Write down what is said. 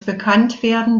bekanntwerden